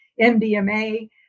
MDMA